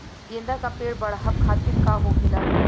गेंदा का पेड़ बढ़अब खातिर का होखेला?